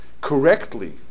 correctly